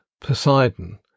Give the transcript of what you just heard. Poseidon